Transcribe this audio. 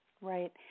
Right